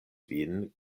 vin